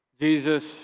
Jesus